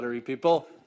people